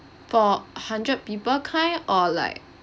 for a hundred people kind or like